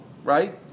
Right